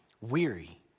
weary